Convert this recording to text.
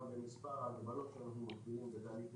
גם במספר ההגבלות שאנחנו